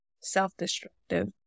self-destructive